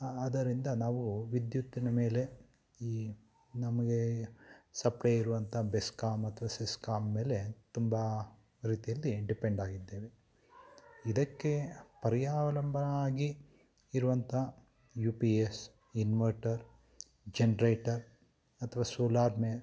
ಆದರಿಂದ ನಾವು ವಿದ್ಯುತ್ತಿನ ಮೇಲೆ ಈ ನಮಗೆ ಸಪ್ಲೈ ಇರುವಂಥ ಬೆಸ್ಕಾಮ್ ಅಥ್ವಾ ಸಿಸ್ಕಾಮ್ ಮೇಲೆ ತುಂಬ ರೀತಿಯಲ್ಲಿ ಡಿಪೆಂಡಾಗಿದ್ದೇವೆ ಇದಕ್ಕೆ ಪರ್ಯಾವಲಂಬನವಾಗಿ ಇರುವಂಥ U P S inverter generator ಅಥವಾ ಸೋಲಾರ್ ಮೇಲೆ